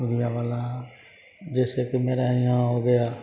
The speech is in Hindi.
मीडिया वाला जैसे कि मेरा यहाँ हो गया